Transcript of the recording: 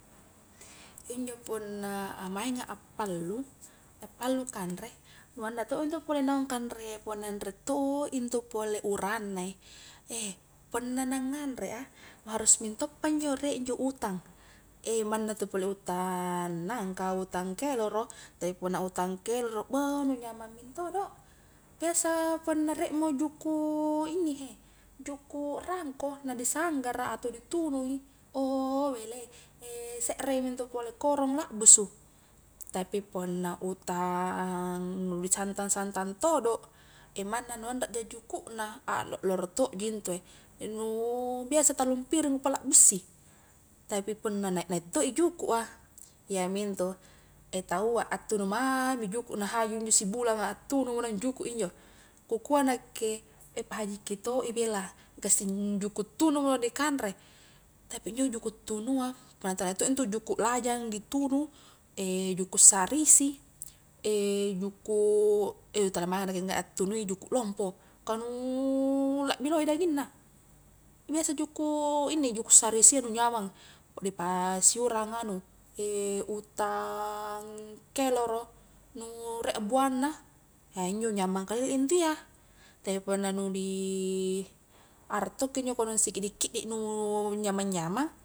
Injo punna a maenga a pallu, a pallu kanre, nu anda to intu pole naung kanrea punna anre to intu pole uranna e, eih punna na nganre a, harus mentopa injo riek injo utang, manna intu pole utang nangka, utang keloro, tapi punna utang keloro, bou nu nyamang mentodo, biasa punna riek mo juku' inni he, juku' rangko, na di sanggara atau di tunu i, ouh belei sekre mi intu pole korong lakbusu, tapi punna utang nu di santang-santang todo manna nu anre ja juku' na akloloro tokji intue, nu biasa tallung piring ku palakbussi, tapi punna naik-naik to i juku' a, iyamintu, taua attunu mami juku' na haju injo si bulanga attunu mo naung juku' injo, ku kua nakke pahajikki to i bela, gassing juku' tunu mo naung ni kanre tapi injo juku' tunu a, punna talia to intu juku' lajang, di tunu' juku' sarisi, juku' nu tala mainga nakke attunui juku' lompo, ka nu lakbi lohe daging na, biasa juku' inni, juku' sarisia nu nyamang, di pasi urang anu, utang keloro, nu riek a buang na, injo nyamang kalli intu iya tapi punna nu di arak tokki injo kodong sikiddi-kiddi nu nyamang-nyamang.